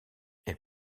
elle